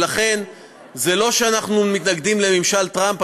ולכן זה לא שאנחנו מתנגדים לממשל טראמפ.